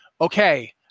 okay